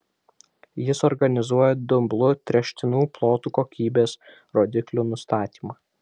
jis organizuoja dumblu tręštinų plotų kokybės rodiklių nustatymą